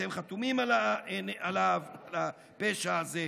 אתם חתומים על הפשע הזה,